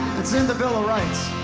it's in the bill of rights.